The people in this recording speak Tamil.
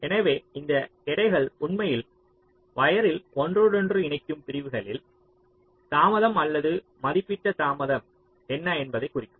எனவே இந்த எடைகள் உண்மையில் வயர்ரில் ஒன்றோடொன்று இணைக்கும் பிரிவுகளில் தாமதம் அல்லது மதிப்பிடப்பட்ட தாமதம் என்ன என்பதைக் குறிக்கும்